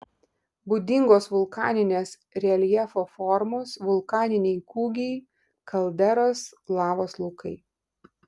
būdingos vulkaninės reljefo formos vulkaniniai kūgiai kalderos lavos laukai